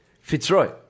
Fitzroy